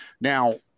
Now